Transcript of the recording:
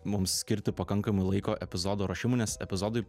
mums skirti pakankamai laiko epizodo ruošimui nes epizodai